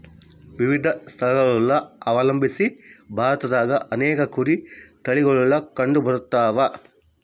ವಿವಿಧ ಸ್ಥಳಗುಳನ ಅವಲಂಬಿಸಿ ಭಾರತದಾಗ ಅನೇಕ ಕುರಿ ತಳಿಗುಳು ಕಂಡುಬರತವ